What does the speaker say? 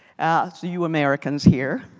to you americans here,